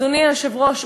אדוני היושב-ראש,